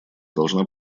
должна